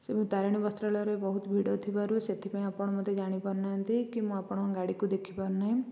ସେ ତାରେଣୀ ବସ୍ତ୍ରାଳୟରେ ବହୁତ ଭିଡ଼ ଥିବାରୁ ସେଥିପାଇଁ ଆପଣ ମୋତେ ଜାଣିପାରୁ ନାହାଁନ୍ତି କି ମୁଁ ଆପଣଙ୍କ ଗାଡ଼ିକୁ ଦେଖିପାରୁ ନାହିଁ